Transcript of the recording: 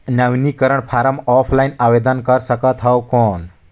नवीनीकरण form offline आवेदन कर सकत हो कौन?